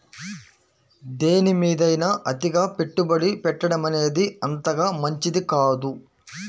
దేనిమీదైనా అతిగా పెట్టుబడి పెట్టడమనేది అంతగా మంచిది కాదు